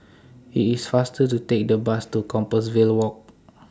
IT IS faster to Take The Bus to Compassvale Walk